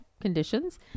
conditions